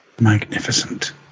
Magnificent